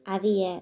அறிய